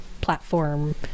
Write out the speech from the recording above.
platform